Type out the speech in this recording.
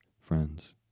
friends